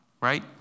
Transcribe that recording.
right